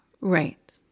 Right